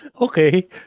Okay